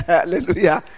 hallelujah